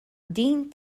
din